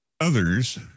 others